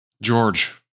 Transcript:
George